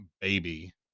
baby